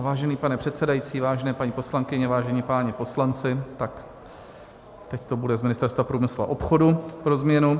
Vážený pane předsedající, vážené paní poslankyně, vážení páni poslanci, teď to bude z Ministerstva průmyslu a obchodu, pro změnu.